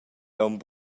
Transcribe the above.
aunc